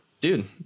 dude